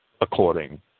according